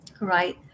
Right